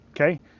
okay